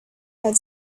had